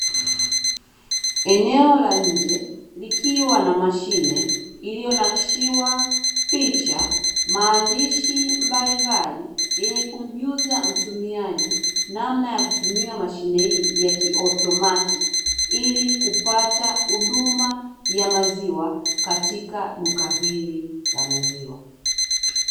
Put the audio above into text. Eneo la nje likiwa na mashine iliyonakishiwa picha, maandishi mbalimbali yenye kumjuza mtumiaji namna ya kutumia mashine hii ya kiautomatiki ili kupata huduma ya maziwa katika duka hili la maziwa.